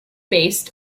based